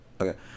okay